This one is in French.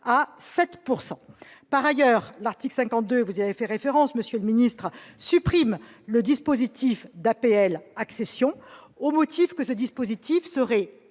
à 7 %. Par ailleurs, l'article 52 auquel vous avez fait référence, monsieur le ministre, supprime le dispositif d'APL-accession, au motif que ce dispositif serait